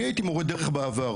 אני הייתי מורה דרך בעבר.